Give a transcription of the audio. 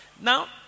Now